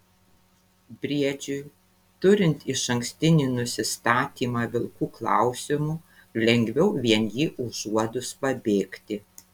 briedžiui turint išankstinį nusistatymą vilkų klausimu lengviau vien jį užuodus pabėgti